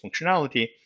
functionality